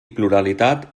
pluralitat